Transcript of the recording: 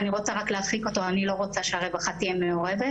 היא רוצה רק להרחיק אותו והיא לא רוצה שהרווחה תהיה מעורבת,